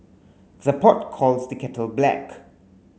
the pot calls the kettle black